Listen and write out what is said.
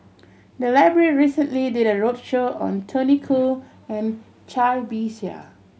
the library recently did a roadshow on Tony Khoo and Cai Bixia